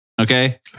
Okay